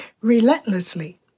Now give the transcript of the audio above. relentlessly